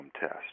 test